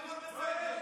הכול בסדר.